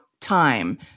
time